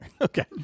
Okay